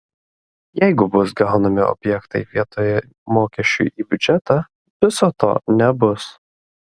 jeigu bus gaunami objektai vietoj mokesčių į biudžetą viso to nebus